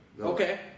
Okay